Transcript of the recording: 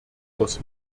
aus